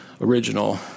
original